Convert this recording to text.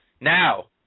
Now